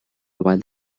while